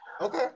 Okay